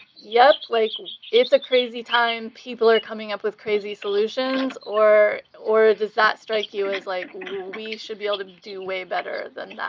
yep, like it's a crazy time, people are coming up with crazy solutions' or or does that strike you as like we should be able to do way better than that?